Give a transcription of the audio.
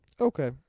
Okay